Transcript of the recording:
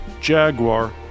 Jaguar